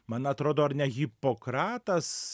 man atrodo ar ne hipokratas